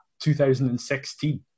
2016